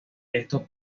esto